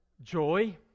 joy